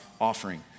offering